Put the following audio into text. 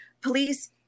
Police